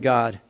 God